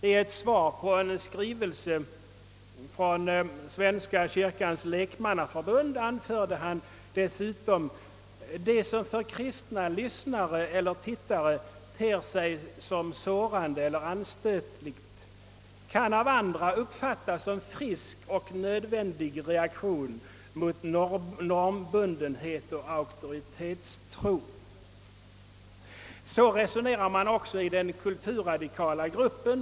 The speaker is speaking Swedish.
I ett svar på en skrivelse från Svenska kyrkans lekmannaförbund anförde radiochefen dessutom: »Det som för kristna lyssnare eller tittare ter sig som sårande eller anstötligt kan av andra uppfattas som frisk och nödvändig reaktion mot normbundenhet och auktoritetstro.» Så resonerar man också i den kulturradikala gruppen.